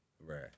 Right